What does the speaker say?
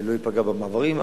לא ייפגע במעברים.